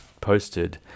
posted